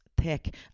thick